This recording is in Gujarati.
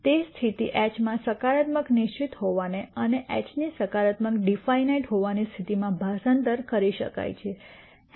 તે સ્થિતિ એચમાં સકારાત્મક નિશ્ચિત હોવાને અને એચની સકારાત્મક ડિફાનાઇટ હોવાની સ્થિતિમાં ભાષાંતર કરી શકાય છે કે